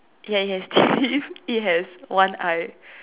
ya it has teeth it has one eye